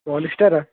polyester ہہ